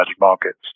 markets